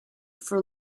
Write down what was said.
for